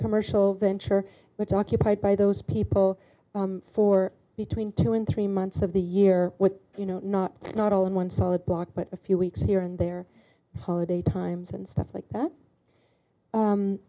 commercial venture which occupied by those people for between two and three months of the year with you know not not all in one solid block but a few weeks here and there for the times and stuff like that